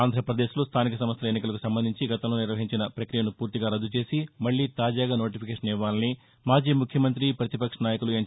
ఆంధ్రప్రదేశ్లో స్థానిక సంస్టల ఎన్నికలకు సంబంధించి గతంలో నిర్వహించిన ప్రక్రియను పూర్తిగా రద్దు చేసి మల్లీ తాజా నోటిఫికేషన్ ఇవ్వాలని మాజీ ముఖ్యమంత్రి ప్రతిపక్ష నాయకులు ఎన్